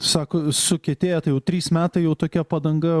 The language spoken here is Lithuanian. sako sukietėja tai jau trys metai jau tokia padanga